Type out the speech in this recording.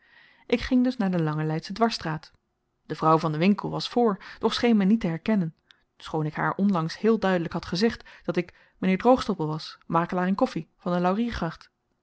ik ging dus naar de lange leidsche dwarsstraat de vrouw van den winkel was voor doch scheen me niet te herkennen schoon ik haar onlangs heel duidelyk had gezegd dat ik m'nheer droogstoppel was makelaar in koffi van de